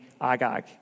Agag